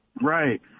Right